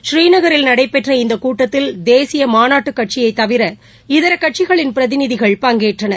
ஸ்ரீநகரில் நடைபெற்ற இந்தகூட்டத்தில் தேசியமாநாட்டுக்கட்சியைதவிர இதரகட்சிகளின் பிரதிநிதிகள் பங்கேற்றனர்